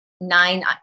nine